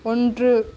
ஒன்று